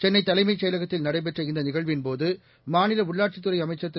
சென்னை தலைமைச் செயலகத்தில் நடைபெற்ற இந்தநிகழ்வின்போது மாநிலஉள்ளாட்சித்துறைஅமைச்சர் திரு